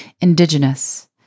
indigenous